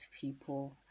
people